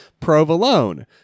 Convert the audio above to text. provolone